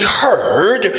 heard